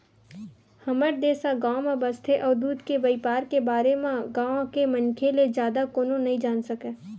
हमर देस ह गाँव म बसथे अउ दूद के बइपार के बारे म गाँव के मनखे ले जादा कोनो नइ जान सकय